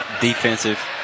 defensive